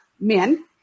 Men